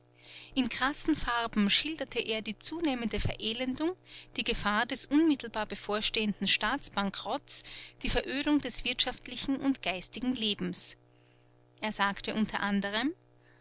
in krassen farben schilderte er die zunehmende verelendung die gefahr des unmittelbar bevorstehenden staatsbankerottes die verödung des wirtschaftlichen und geistigen lebens er sagte unter anderem